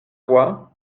roi